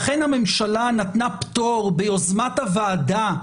לכן הממשלה נתנה פטור ביוזמת הוועדה,